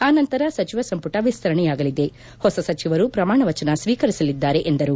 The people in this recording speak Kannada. ಅ ನಂತರ ಸಚಿವ ಸಂಪುಟ ವಿಸ್ತರಣೆಯಾಗಲಿದೆ ಹೊಸ ಸಚಿವರು ಪ್ರಮಾಣ ವಚನ ಸ್ವೀಕರಿಸಲಿದ್ದಾರೆ ಎಂದರು